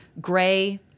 gray